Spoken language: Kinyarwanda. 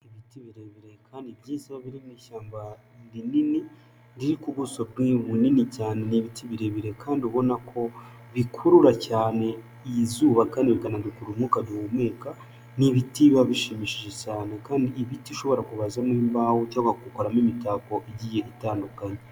Ibiti birebire kandi byiza birimo ishyamba rinini riri ku buso bunini cyane. Ibiti birebire kandi ubona ko bikurura cyane izuba kandi bikanadukururira umwuka duhumeka. Ni ibiti biba bishimishije cyane kandi ni ibiti bishobora kubazwamo imbaho cyangwa bakabikoramo imitako igiye itandukanye.